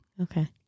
Okay